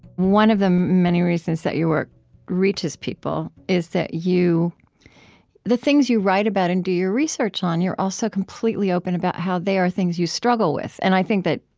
one of the many reasons that your work reaches people is that you the things you write about and do your research on, you're also completely open about how they are things you struggle with. and i think that,